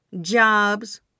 jobs